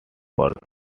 birth